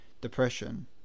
depression